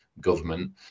government